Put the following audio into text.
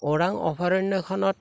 ওৰাং অভয়াৰণ্যখনত